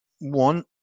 one